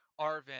Arvin